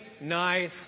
nice